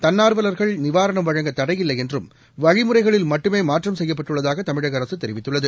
தள்ளா்வல்கள் நிவாரணம் வழங்க தடையில்லை என்றும் வழிமுறைகளில் மட்டுமே மாற்றம் செய்யப்பட்டுள்ளதாக தமிழக அரசு தெரிவித்துள்ளது